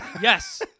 Yes